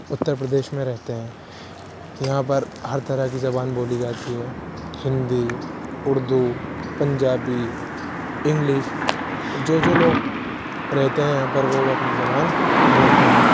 اتر پردیش میں رہتے ہیں یہاں پر ہر طرح کی زبان بولی جاتی ہے ہندی اردو پنجابی انگلش جو جو لوگ رہتے ہیں یہاں پر وہ اپنی زبان بولتے ہیں